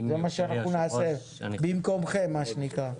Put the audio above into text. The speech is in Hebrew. זה מה שאנחנו נעשה, במקומכם מה שנקרא.